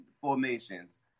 formations